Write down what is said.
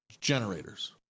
generators